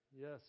Yes